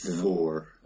four